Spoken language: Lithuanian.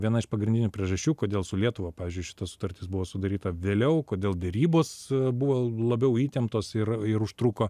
viena iš pagrindinių priežasčių kodėl su lietuva pavyzdžiui šita sutartis buvo sudaryta vėliau kodėl derybos buvo labiau įtemptos ir ir užtruko